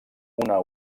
una